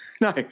No